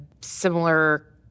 similar